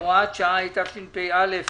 (הוראת שעה), התשפ"א-2020.